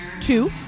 two